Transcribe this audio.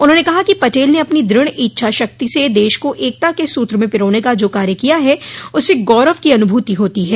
उन्होंने कहा कि पटेल ने अपनी द्रढ़ इच्छाशक्ति से देश को एकता के सूत्र में पिरोने का जो कार्य किया है उससे गौरव की अनुभूति होती है